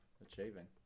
achieving